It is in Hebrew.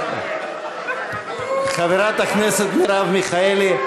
חברת הכנסת מרב מיכאלי,